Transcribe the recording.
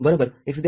y' x